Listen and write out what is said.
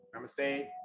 Namaste